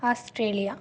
Australia